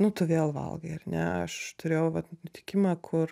nu tu vėl valgai ar ne aš turėjau vat nutikimą kur